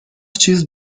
چیز